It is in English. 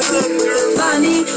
Funny